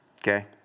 Okay